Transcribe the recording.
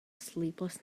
sleepless